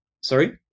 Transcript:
sorry